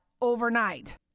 overnight